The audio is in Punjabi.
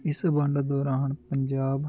ਇਸ ਵੰਡ ਦੌਰਾਨ ਪੰਜਾਬ